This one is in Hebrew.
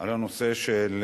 על הנושא של